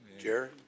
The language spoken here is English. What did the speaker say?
Jerry